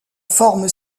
forme